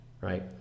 right